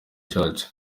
church